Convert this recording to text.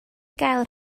gael